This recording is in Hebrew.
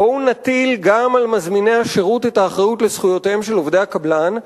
בואו ונטיל גם על מזמיני השירות את האחריות לזכויותיהם של עובדי הקבלן,